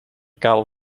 kabel